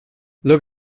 look